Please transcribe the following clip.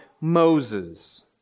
Moses